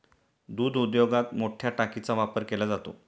दूध उद्योगात मोठया टाकीचा वापर केला जातो